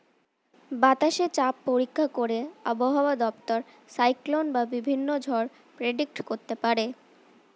বাতাসে চাপ পরীক্ষা করে আবহাওয়া দপ্তর সাইক্লোন বা বিভিন্ন ঝড় প্রেডিক্ট করতে পারে